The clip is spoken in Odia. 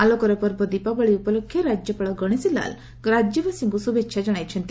ଆଲୋକର ପର୍ବ ଦୀପାବଳି ଉପଲକ୍ଷେ ରାକ୍ୟପାଳ ଗଣେସି ଲାଲ୍ ରାକ୍ୟବାସୀଙ୍କୁ ଶୁଭେଛା ଜଣାଇଛନ୍ତି